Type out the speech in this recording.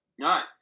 right